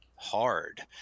hard